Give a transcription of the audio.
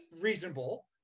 reasonable